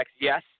yes